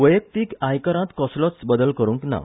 वैयक्तीत आयकरांत कसलोच बदल करुंक ना